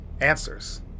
answers